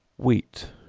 wheat,